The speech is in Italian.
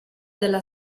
della